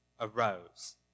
arose